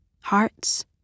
hearts